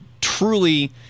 truly